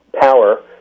power